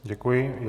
Děkuji.